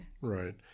Right